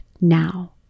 now